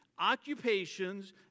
occupations